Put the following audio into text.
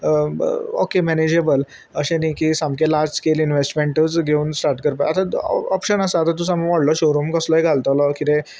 okay manageable अशें न्ही की सामकें लार्ज स्केल इनवेस्टमेंटूच घेवन स्टार्ट करपा आतां ऑप्शन आसा आतां व्हडलो शोरूम कसलोय घालतलो कितें